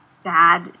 dad